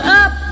up